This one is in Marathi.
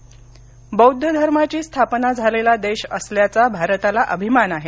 धम्मचक्रदिन बौद्ध धर्माची स्थापना झालेला देश असल्याचा भारताला अभिमान आहे